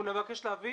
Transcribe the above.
אנחנו נבקש להביא